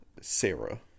Sarah